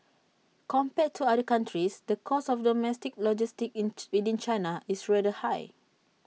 compared to other countries the cost of domestic logistics in to within China is rather high